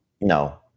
No